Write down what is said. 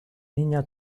niña